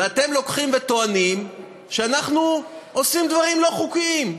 ואתם לוקחים וטוענים שאנחנו עושים דברים לא חוקיים.